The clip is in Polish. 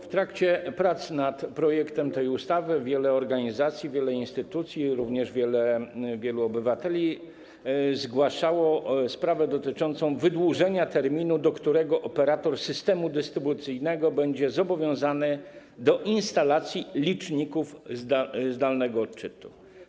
W trakcie prac nad projektem tej ustawy wiele organizacji, wiele instytucji, jak również wielu obywateli zgłaszało uwagi dotyczące wydłużenia terminu, w którym operator systemu dystrybucyjnego będzie zobowiązany do instalacji liczników zdalnego odczytu.